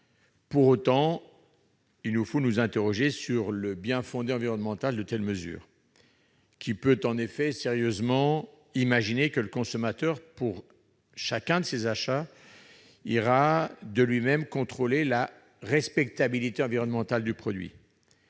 Pour autant, il nous faut nous interroger sur le bien-fondé environnemental de telles mesures. En effet, qui peut sérieusement imaginer que le consommateur, pour chacun de ses achats, contrôlera de lui-même la respectabilité environnementale du produit